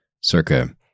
circa